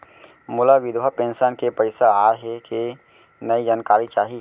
मोला विधवा पेंशन के पइसा आय हे कि नई जानकारी चाही?